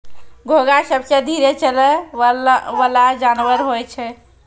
घोंघा सबसें धीरे चलै वला जानवर होय छै